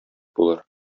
булыр